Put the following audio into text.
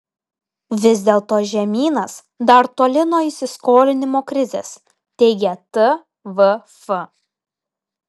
vis dėlto žemynas dar toli nuo įsiskolinimo krizės teigia tvf